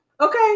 Okay